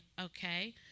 okay